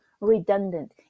redundant